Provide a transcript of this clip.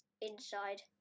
inside